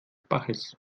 baches